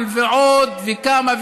על עוד כמה,